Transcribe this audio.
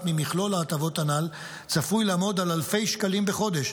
ממכלול ההטבות הנ"ל צפוי לעמוד על אלפי שקלים בחודש,